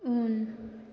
उन